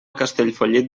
castellfollit